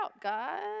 God